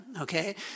Okay